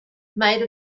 made